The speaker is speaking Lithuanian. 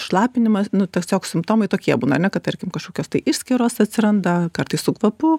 šlapinimą nu tiesiog simptomai tokie būna kad tarkim kažkokios tai išskyros atsiranda kartais su kvapu